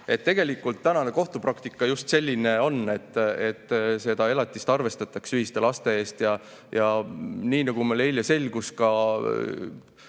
Tegelikult tänane kohtupraktika just selline on, et seda elatist arvestatakse ühiste laste eest. Ja nii nagu meil eile selgus, ka